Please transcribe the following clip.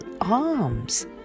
arms